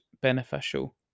beneficial